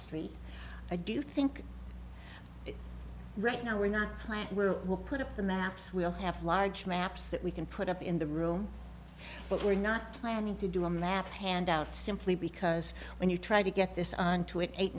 street i do think right now we're not plan where we'll put up the maps we'll have large maps that we can put up in the room but we're not planning to do a math handout simply because when you try to get this onto an eight